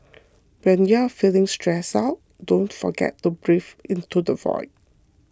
when you are feeling stressed out don't forget to breathe into the void